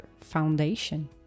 foundation